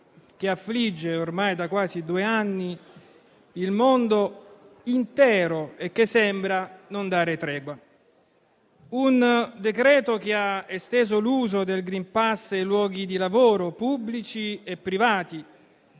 che affligge, ormai da quasi due anni, il mondo intero e sembra non dare tregua; un decreto che ha esteso l'uso del *green pass* ai luoghi di lavoro pubblici e privati